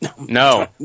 No